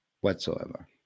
whatsoever